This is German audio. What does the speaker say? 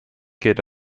gilt